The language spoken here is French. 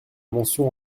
mentions